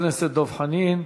חבר הכנסת דב חנין,